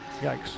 Yikes